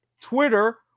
Twitter